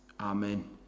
Amen